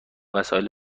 وسایل